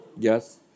Yes